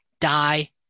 die